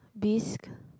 bisque